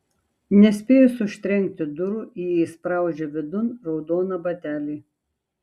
nespėjus užtrenkti durų ji įspraudžia vidun raudoną batelį